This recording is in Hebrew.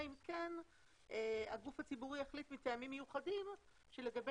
אם כן הגוף הציבורי יחליט מטעמים מיוחדים שלגבי